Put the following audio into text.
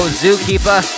zookeeper